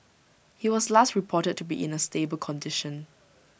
he was last reported to be in A stable condition